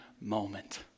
moment